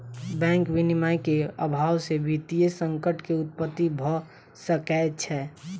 bank विनियमन के अभाव से वित्तीय संकट के उत्पत्ति भ सकै छै